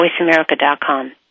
voiceamerica.com